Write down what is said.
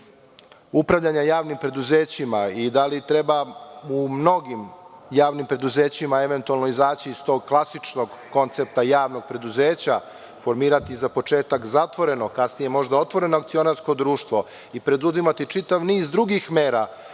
upravljanja javnim preduzećima i da li treba u mnogim javnim preduzećima eventualno izaći iz tog klasičnog koncepta javnog preduzeća, formirati za početak zatvoreno a kasnije možda otvoreno akcionarsko društvo i preduzimati čitav niz drugih mera